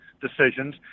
decisions